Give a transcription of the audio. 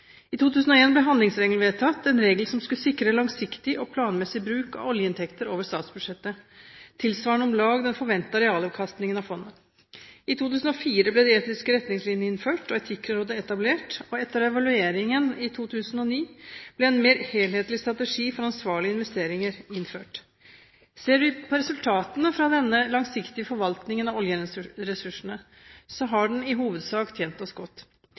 I 2001 ble handlingsregelen vedtatt, en regel som skulle sikre langsiktig og planmessig bruk av oljeinntekter over statsbudsjettet, tilsvarende om lag den forventede realavkastningen av fondet. I 2004 ble de etiske retningslinjene innført og Etikkrådet etablert, og etter evalueringen i 2009 ble en mer helhetlig strategi for ansvarlige investeringer innført. Ser vi på resultatene fra denne langsiktige forvaltningen av oljeressursene, har den i hovedsak tjent oss godt.